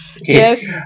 Yes